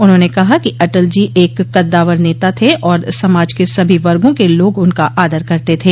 उन्होंने कहा कि अटल जी एक कद्दावर नेता थे और समाज के सभी वर्गों के लोग उनका आदर करते थे